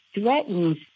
threatens